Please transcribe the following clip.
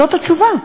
זאת התשובה.